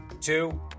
Two